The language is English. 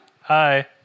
Hi